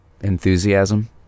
Enthusiasm